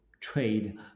trade